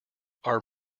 are